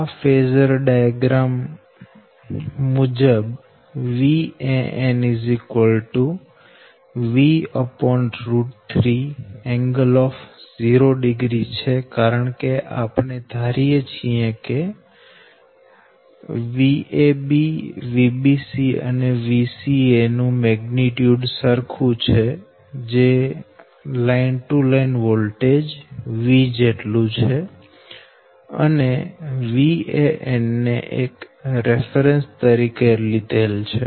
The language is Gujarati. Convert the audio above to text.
આ ફેઝર ડાયાગ્રામ મુજબ Van V3ㄥ00 છે કારણકે આપણે ધારીએ છીએ કે Vab Vbc Vca V છે અને Van ને એક રેફરેન્સ તરીકે લીધેલ છે